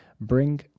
bring